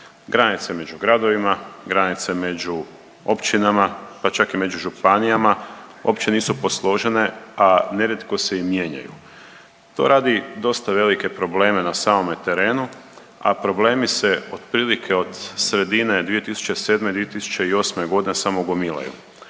Granice među gradovima, granice među općinama, pa čak i među županijama uopće nisu posložene a nerijetko se i mijenjaju. To radi dosta velike probleme na samome terenu, a problemi se otprilike od sredine 2007., 2008. godine samo gomilaju.